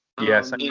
Yes